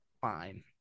Fine